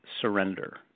surrender